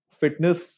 fitness